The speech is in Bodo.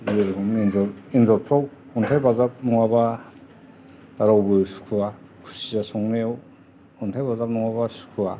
जेरेखम एनजर एनजरफ्राव अन्थाइ बाजाब नङाबा रावबो सुखुवा खुसिया संनायाव अन्थाइ बाजाब नङाबा सुखुवा